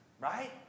right